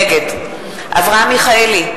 נגד אברהם מיכאלי,